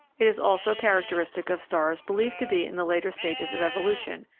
it is also characteristic of stars believed to be in the later stages of evolution,